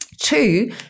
Two